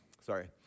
Sorry